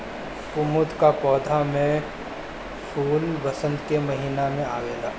कुमुद कअ पौधा में फूल वसंत के महिना में आवेला